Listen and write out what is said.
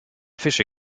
fische